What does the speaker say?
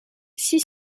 six